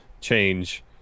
change